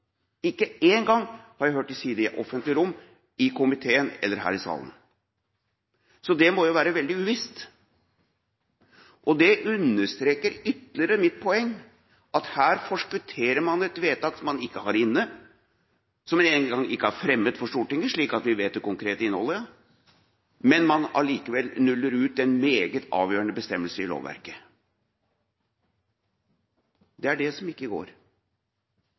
ikke engang har fremmet for Stortinget, slik at vi kjenner det konkrete innholdet, men man nuller likevel ut en meget avgjørende bestemmelse i lovverket. Det er det som ikke går.